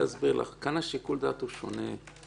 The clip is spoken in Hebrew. כאן שיקול הדעת הוא שונה.